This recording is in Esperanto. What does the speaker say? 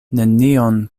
nenion